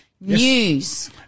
news